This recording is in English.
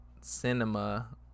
cinema